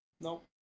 Nope